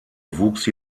wuchs